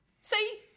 See